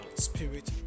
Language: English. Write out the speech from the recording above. Spirit